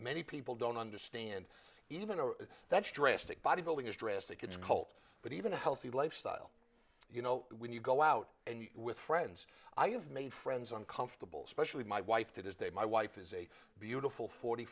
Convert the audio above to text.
many people don't understand even a that's drastic bodybuilding is drastic it's cold but even a healthy lifestyle you know when you go out and with friends i have made friends uncomfortable especially my wife to this day my wife is a beautiful forty